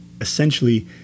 essentially –